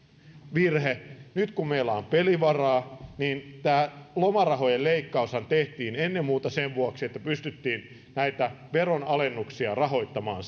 virhe nyt kun meillä on pelivaraa kun tämä lomarahojen leikkaushan tehtiin ennen muuta sen vuoksi että pystyttiin näitä veronalennuksia rahoittamaan